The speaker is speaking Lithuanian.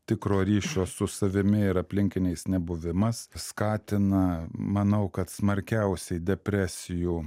tikro ryšio su savimi ir aplinkiniais nebuvimas skatina manau kad smarkiausiai depresijų